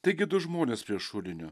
taigi du žmonės prie šulinio